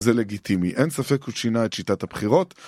זה לגיטימי, אין ספק הוא שינה את שיטת הבחירות